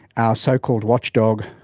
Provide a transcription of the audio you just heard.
our so-called watchdog,